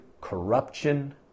corruption